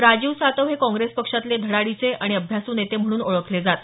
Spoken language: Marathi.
राजीव सातव हे काँप्रेस पक्षातले धडाडीचे आणि अभ्यासू नेते म्हणून ओळखले जात